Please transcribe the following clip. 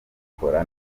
dukora